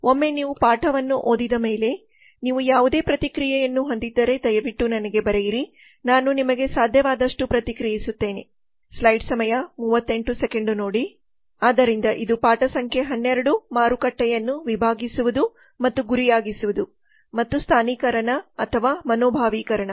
ಆದ್ದರಿಂದ ಒಮ್ಮೆ ನೀವು ಪಾಠವನ್ನು ಓದಿದ ಮೇಲೆ ನೀವು ಯಾವುದೇ ಪ್ರತಿಕ್ರಿಯೆಯನ್ನು ಹೊಂದಿದ್ದರೆ ದಯವಿಟ್ಟು ನನಗೆ ಬರೆಯಿರಿ ನಾನು ನಿಮಗೆ ಸಾಧ್ಯವಾದಷ್ಟು ಪ್ರತಿಕ್ರಿಯಿಸುತ್ತೇನೆ ಆದ್ದರಿಂದ ಇದು ಪಾಠ ಸಂಖ್ಯೆ 12 ಮಾರುಕಟ್ಟೆಯನ್ನು ವಿಭಾಗಿಸುವುದು ಮತ್ತು ಗುರಿಯಾಗಿಸುವುದು ಮತ್ತು ಸ್ಥಾನೀಕರಣ ಅಥವಾ ಮನೋ ಭಾವಿಕರಣ